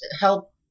help